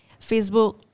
Facebook